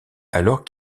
alors